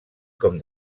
com